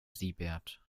siebert